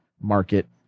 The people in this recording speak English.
market